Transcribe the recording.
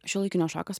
šiuolaikinio šokio